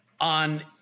on